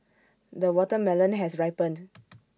the watermelon has ripened